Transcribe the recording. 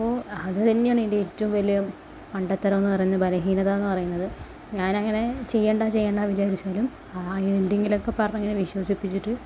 അപ്പോൾ അതു തന്നെയാണ് എൻ്റെ ഏറ്റവും വലിയ മണ്ടത്തരമെന്നു പറയുന്നത് ബലഹീനയെന്നു പറയുന്നത് ഞാനങ്ങനെ ചെയ്യണ്ട ചെയ്യണ്ടായെന്നു വിചാരിച്ചാലും എന്തെങ്കിലുമൊക്കെ പറഞ്ഞങ്ങോട്ട് വിശ്വസിപ്പിച്ചിട്ട്